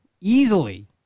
easily